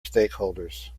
stakeholders